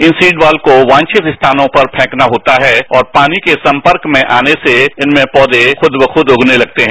इन seed ball को वांछित स्थानों पर फेंकना होता है और पानी के संपर्क में आने से एक दिन में पौवे खुद ब खुद उगने लगते हैं